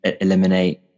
eliminate